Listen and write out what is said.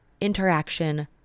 interaction